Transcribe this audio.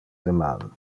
deman